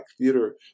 theater